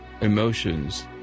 emotions